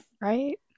right